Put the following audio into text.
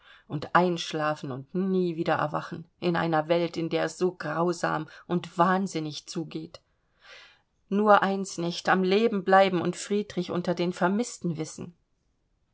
und einschlafen und nie wieder erwachen in einer welt in der es so grausam und wahnsinnig zugeht nur eins nicht am leben bleiben und friedrich unter den vermißten wissen